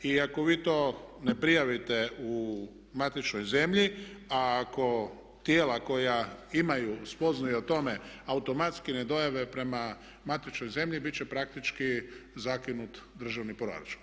I ako vi to ne prijavite u matičnoj zemlji, a ako tijela koja imaju spoznaju o tome automatski ne dojave prema matičnoj zemlji bit će praktički zakinut državni proračun.